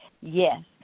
yes